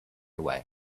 away